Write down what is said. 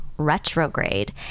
retrograde